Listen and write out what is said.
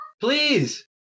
Please